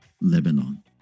Lebanon